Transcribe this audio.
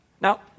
Now